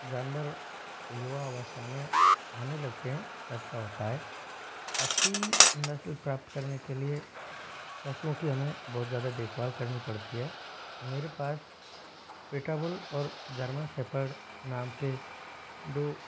जानवर युवा अवस्था में आने लगते हैं तब का होता है अच्छी नस्ल प्राप्त करने के लिए पशुओं की हमें बहुत ज़्यादा देखभाल करनी पड़ती है मेरे पास पिटा बुल और जर्मन सेपर्ड नाम के दो